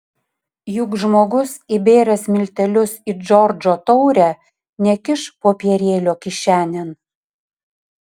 juk žmogus įbėręs miltelius į džordžo taurę nekiš popierėlio kišenėn